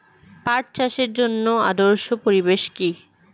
পাট চাষের জন্য আদর্শ পরিবেশ কি?